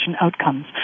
outcomes